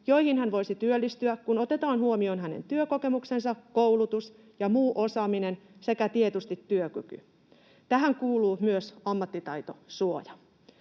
joihin hän voisi työllistyä, kun otetaan huomioon hänen työkokemuksensa, koulutus ja muu osaaminen sekä tietysti työkyky. Tähän kuuluu myös ammattitaitosuoja.